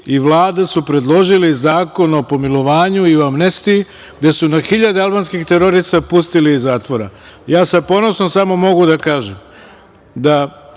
i Vlada su predložili Zakon o pomilovanju i o amnestiji, gde su na hiljade albanskih terorista pustili iz zatvora. Sa ponosom samo mogu da kažem da